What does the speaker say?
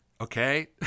Okay